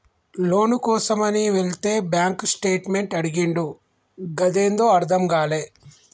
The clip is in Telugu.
లోను కోసమని వెళితే బ్యాంక్ స్టేట్మెంట్ అడిగిండు గదేందో అర్థం గాలే